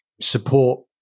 support